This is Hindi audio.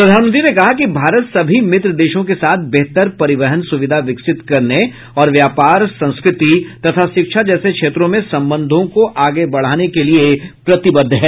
प्रधानमंत्री ने कहा कि भारत सभी मित्र देशों के साथ बेहतर परिवहन सुविधा विकसित करने और व्यापार संस्कृति तथा शिक्षा जैसे क्षेत्रों में संबंधों को आगे बढ़ाने के लिए प्रतिबद्ध है